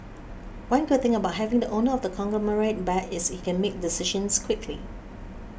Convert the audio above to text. one good thing about having the owner of the conglomerate back is he can make decisions quickly